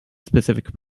specific